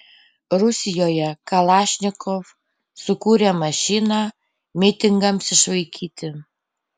rusijoje kalašnikov sukūrė mašiną mitingams išvaikyti